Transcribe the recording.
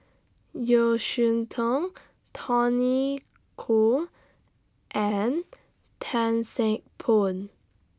Yeo Cheow Tong Tony Khoo and Tan Seng Poh